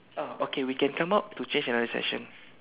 oh okay we can come out to change another session